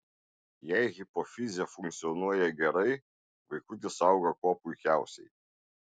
jei hipofizė funkcionuoja gerai vaikutis auga kuo puikiausiai